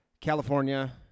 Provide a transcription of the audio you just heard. California